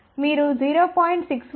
మీరు 0